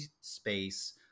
space